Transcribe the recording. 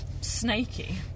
Snaky